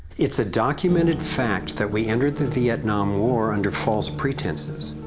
it's a documented fact that we entered the vietnam war under false pretenses.